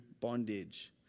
bondage